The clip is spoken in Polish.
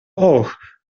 och